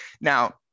Now